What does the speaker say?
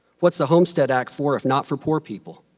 what is the homestead act for if not for poor people?